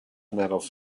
medals